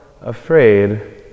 afraid